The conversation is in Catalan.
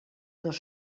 dos